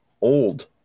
old